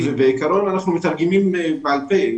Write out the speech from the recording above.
בעיקרון, אנחנו מתרגמים בעל פה.